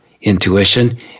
intuition